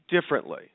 differently